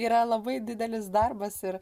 yra labai didelis darbas ir